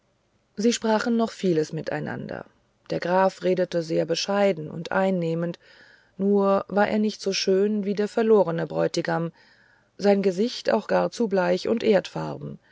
sie sprachen noch vieles miteinander der graf redete sehr bescheiden und einnehmend nur war er nicht so schön wie der verlorene bräutigam sein gesicht auch gar zu bleich und